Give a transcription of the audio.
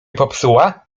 popsuła